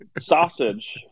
sausage